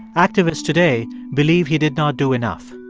activists today believe he did not do enough.